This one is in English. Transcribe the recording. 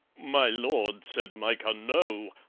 my lord, said micah, no!